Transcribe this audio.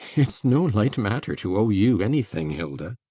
it's no light matter to owe you anything, hilda.